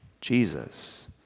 Jesus